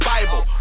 Bible